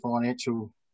financial